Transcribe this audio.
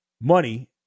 money